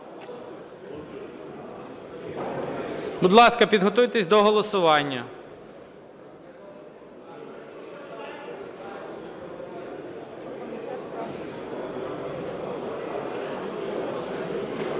Будь ласка, підготуйтесь до голосування.